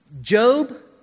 Job